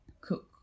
cook